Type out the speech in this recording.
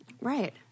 Right